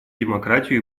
демократию